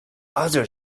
other